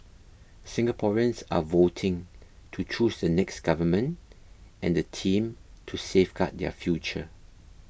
Singaporeans are voting to choose the next government and the team to safeguard their future